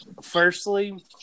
Firstly